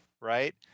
right